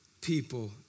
people